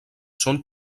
són